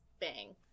bang